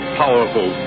powerful